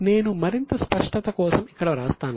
నేను మరింత స్పష్టత కోసం ఇక్కడ వ్రాస్తాను